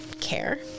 Care